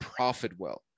ProfitWell